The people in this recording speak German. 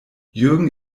jürgen